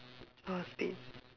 ah speed